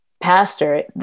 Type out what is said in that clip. pastor